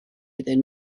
iddyn